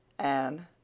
anne,